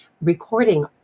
recording